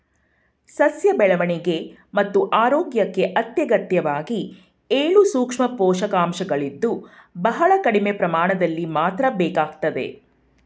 ಸಸ್ಯ ಬೆಳವಣಿಗೆ ಮತ್ತು ಆರೋಗ್ಯಕ್ಕೆ ಅತ್ಯಗತ್ಯವಾಗಿ ಏಳು ಸೂಕ್ಷ್ಮ ಪೋಷಕಾಂಶಗಳಿದ್ದು ಬಹಳ ಕಡಿಮೆ ಪ್ರಮಾಣದಲ್ಲಿ ಮಾತ್ರ ಬೇಕಾಗ್ತದೆ